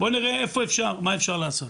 בוא נראה מה אפשר לעשות.